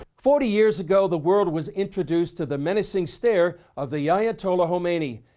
forty years ago, the world was introduced to the menacing stare of the ayatollah khomeini.